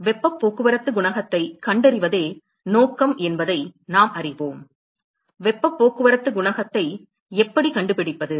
வெப்பப் போக்குவரத்துக் குணகத்தைக் கண்டறிவதே நோக்கம் என்பதை நாம் அறிவோம் வெப்பப் போக்குவரத்துக் குணகத்தை எப்படிக் கண்டுபிடிப்பது